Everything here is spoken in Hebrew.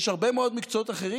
יש הרבה מאוד מקצועות אחרים,